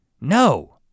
no